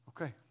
Okay